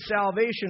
salvation